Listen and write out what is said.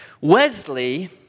Wesley